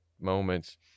moments